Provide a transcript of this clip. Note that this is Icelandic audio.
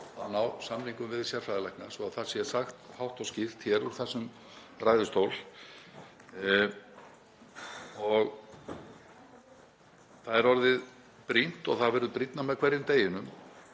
að ná samningum við sérfræðilækna, svo það sé sagt hátt og skýrt hér úr þessum ræðustól. Það er orðið brýnt og það verður brýnna með hverjum deginum